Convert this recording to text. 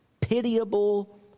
pitiable